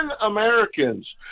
Americans